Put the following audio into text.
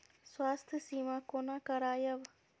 स्वास्थ्य सीमा कोना करायब?